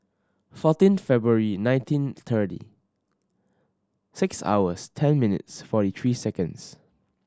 fourteen February nineteen thirty six hours ten minutes forty three seconds